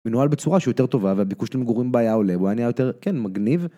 מנוהל בצורה שיותר טובה והביקוש למגורים בו היה עולה, הוא היה נהיה יותר, כן, מגניב.